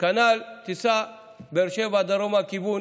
כנ"ל סע מבאר שבע דרומה לכיוון